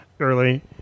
early